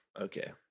Okay